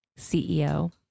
CEO